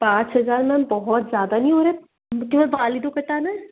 पाँच हज़ार मैम बहुत ज़्यादा नहीं हो रहे केवल बाल ही तो कटाना है